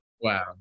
Wow